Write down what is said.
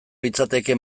litzateke